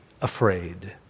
afraid